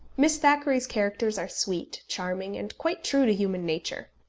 miss thackeray's characters are sweet, charming, and quite true to human nature.